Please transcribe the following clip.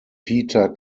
peter